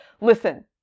Listen